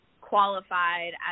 qualified